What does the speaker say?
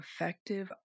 effective